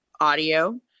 audio